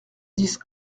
dix